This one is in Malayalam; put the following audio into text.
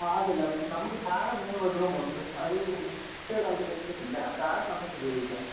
ആ അല്ലല്ല നമുക്ക് താഴെ മൂന്ന് ബെഡ്റൂമുണ്ട് അത് താഴെ നമുക്ക് ഉപയോഗിക്കാം